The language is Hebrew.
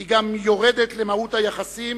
היא גם יורדת למהות היחסים